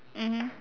mmhmm